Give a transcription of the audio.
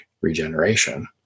regeneration